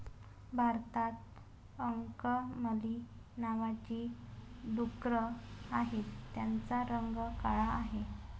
भारतात अंकमली नावाची डुकरं आहेत, त्यांचा रंग काळा आहे